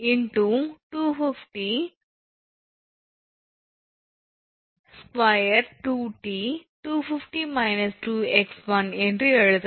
8 × 2502𝑇 250−2𝑥1 என்று எழுதலாம்